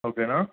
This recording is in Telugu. ఓకేనా